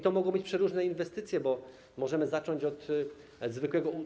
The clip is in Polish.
To mogą być przeróżne inwestycje, bo możemy zacząć od zwykłego